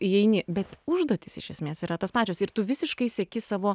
įeini bet užduotys iš esmės yra tos pačios ir tu visiškai sieki savo